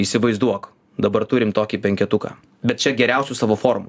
įsivaizduok dabar turim tokį penketuką bet čia geriausių savo formų